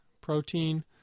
protein